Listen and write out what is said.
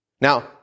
Now